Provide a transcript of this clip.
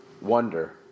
wonder